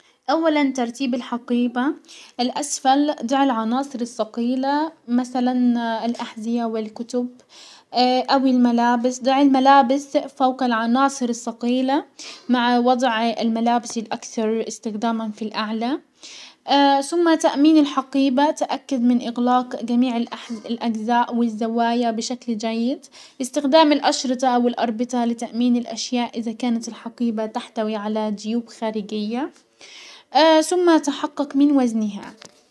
اولا ترتيب الحقيبة، الاسفل ضع العناصر السقيلة مسلا الاحزية والكتب، او الملابس، ضع الملابس فوق العناصر السقيلة مع وضع الملابس الاكثر استخداما في الاعلى، سم تأمين الحقيبة تأكد من اغلاق جميع الاجزاء والزوايا بشكل جيد. استخدام الاشرطة والاربطة لتأمين الاشياء ازا كانت الحقيبة تحتوي على جيوب خارجية، سم تحقق من وزنها.